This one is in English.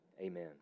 Amen